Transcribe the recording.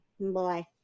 Boy